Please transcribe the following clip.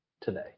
today